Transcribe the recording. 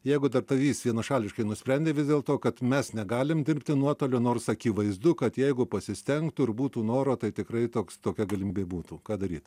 jeigu darbdavys vienašališkai nusprendė vis dėl to kad mes negalim dirbti nuotoliu nors akivaizdu kad jeigu pasistengtų ir būtų noro tai tikrai toks tokia galimybė būtų ką daryt